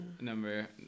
number